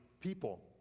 people